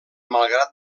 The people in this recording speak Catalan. malgrat